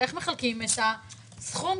איך מחלקים את הסכום,